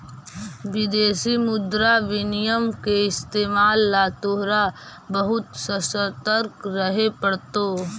विदेशी मुद्रा विनिमय के इस्तेमाल ला तोहरा बहुत ससतर्क रहे पड़तो